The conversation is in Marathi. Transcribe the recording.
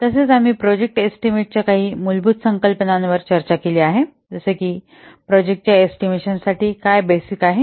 तसेच आम्ही प्रोजेक्ट एस्टीमेट च्या काही मूलभूत संकल्पनांवर चर्चा केली आहे जसे की प्रोजेक्टाच्या एस्टिमेशन साठी काय बेसिक आहे